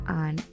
on